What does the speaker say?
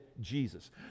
Jesus